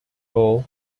all